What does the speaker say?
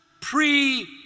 pre-